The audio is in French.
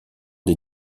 des